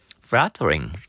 Flattering